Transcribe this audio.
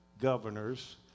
governors